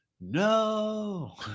no